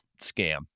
scam